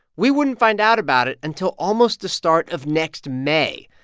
we wouldn't find out about it until almost the start of next may.